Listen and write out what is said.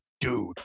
dude